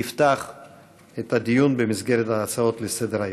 תפתח את הדיון במסגרת ההצעות לסדר-היום.